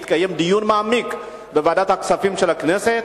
שיתקיים דיון מעמיק בוועדת הכספים של הכנסת,